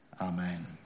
Amen